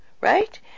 right